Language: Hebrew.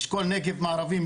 אשכול נגב מערבי,